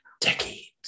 decades